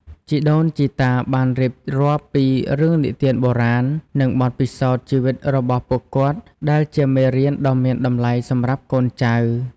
ជីដូនជីតាបានរៀបរាប់ពីរឿងនិទានបុរាណ និងបទពិសោធន៍ជីវិតរបស់ពួកគាត់ ដែលជាមេរៀនដ៏មានតម្លៃសម្រាប់កូនចៅ។